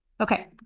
Okay